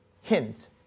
hint